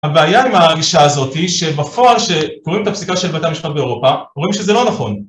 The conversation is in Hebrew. הבעיה עם ההגישה הזאת היא שבפועל שקוראים את הפסיקה של בית המשחק באירופה, רואים שזה לא נכון.